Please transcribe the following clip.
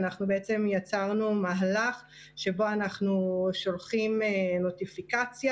אנחנו בעצם יצרנו מהלך שבו אנחנו שולחים נוטיפיקציה